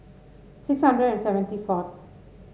six hundred and seventy forth